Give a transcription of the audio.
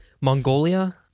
Mongolia